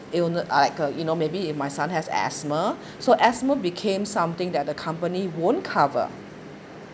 ill~ like uh you know maybe if my son has asthma so asthma became something that a company won't cover